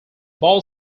ball